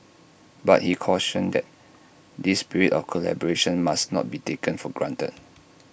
but he cautioned that this spirit of collaboration must not be taken for granted